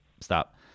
stop